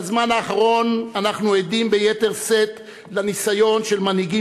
בזמן האחרון אנחנו עדים ביתר שאת לניסיון של מנהיגים